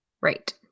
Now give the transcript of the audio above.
Right